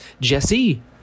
Jesse